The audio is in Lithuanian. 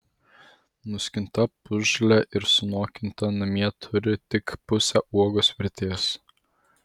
nuskinta pusžalė ir sunokinta namie turi tik pusę uogos vertės